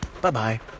Bye-bye